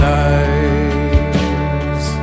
eyes